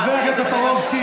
חבר הכנסת טיבי,